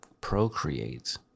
procreate